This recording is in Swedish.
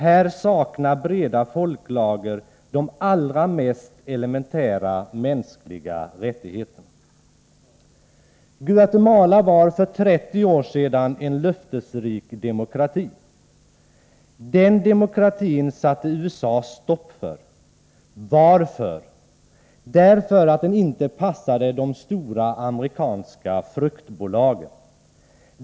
Där saknar breda folklager de allra mest elementära mänskliga rättigheter. Guatemala var för 30 år sedan en löftesrik demokrati. Den demokratin satte USA stopp för. Varför? Därför att den inte passade de stora amerikanska fruktbolagen.